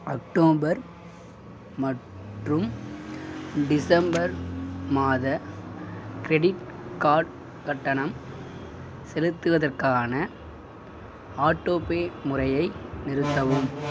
October மற்றும் December மாத credit card கட்டணம் செலுத்துவதற்கான ஆட்டோபே முறையை நிறுத்தவும்